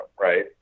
Right